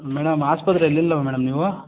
madam ಆಸ್ಪತ್ರೆಲ್ಲಿ ಇಲ್ವಾ madam ನೀವು